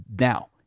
Now